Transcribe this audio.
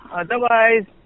otherwise